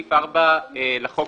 סעיף 4 לחוק